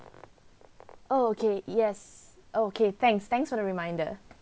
okay yes okay thanks thanks for the reminder